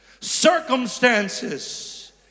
circumstances